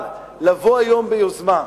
אבל לבוא היום ביוזמה,